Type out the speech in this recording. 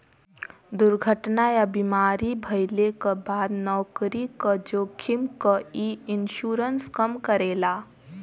दुर्घटना या बीमारी भइले क बाद नौकरी क जोखिम क इ इन्शुरन्स कम करेला